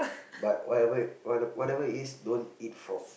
but whatever w~ whatever it is don't eat frog